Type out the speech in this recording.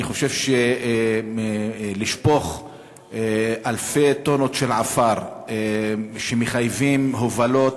אני חושב שלשפוך אלפי טונות של עפר שמחייבים הובלות